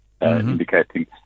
indicating